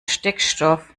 stickstoff